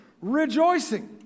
rejoicing